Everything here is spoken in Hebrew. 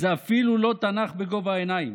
זה אפילו לא תנ"ך בגובה העיניים,